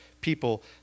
people